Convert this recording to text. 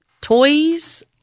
toys